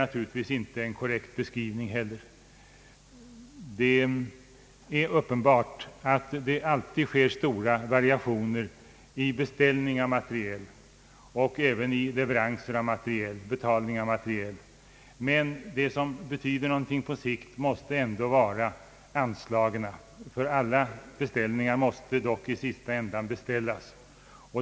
Detta är inte heller en korrekt beskrivning. Det är väl självklart att det kan förekomma stora variationer i beställningen av materiel och även i fråga om leverans och betalning av materiel. Vad som betyder någonting på sikt måste ändå vara anslagen, ty alla beställningar måste i sista hand betalas.